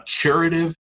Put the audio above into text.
curative